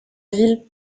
ville